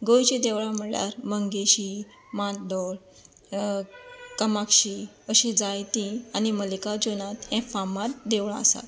गोंयचीं देवळां म्हणल्यार मंगेशी मार्दोळ कमाक्षी अशी जायती आनी मल्लीकार्जूनात हे फामाद देवळां आसात